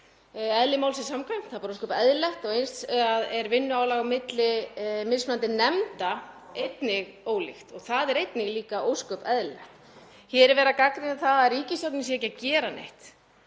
eðli málsins samkvæmt. Það er bara ósköp eðlilegt. Eins er vinnuálag á milli mismunandi nefnda einnig ólíkt og það er einnig ósköp eðlilegt. Hér er verið að gagnrýna það að ríkisstjórnin sé ekki að gera neitt.